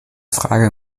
frage